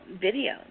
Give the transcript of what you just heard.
video